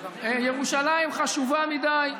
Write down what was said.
ירושלים חשובה מדי,